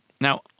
Now